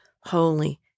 holy